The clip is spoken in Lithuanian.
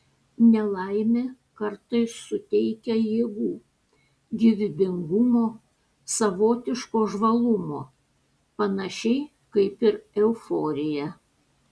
nelaimė kartais suteikia jėgų gyvybingumo savotiško žvalumo panašiai kaip ir euforija